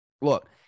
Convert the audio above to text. Look